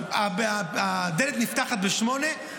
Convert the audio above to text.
הדלת נפתחת ב-08:00,